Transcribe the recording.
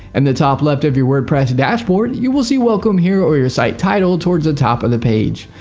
and the top left of your wordpress dashboard, you will see welcome here or your site title towards the top of the page.